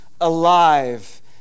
alive